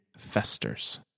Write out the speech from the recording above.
festers